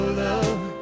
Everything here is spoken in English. love